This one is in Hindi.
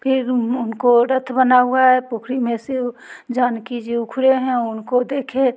फिर उनको रथ बना हुआ है पोखरी में से वो जानकि जी उखरे हैं उनको देखे